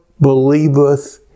believeth